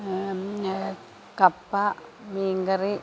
കപ്പ മീൻ കറി